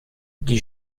die